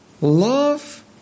love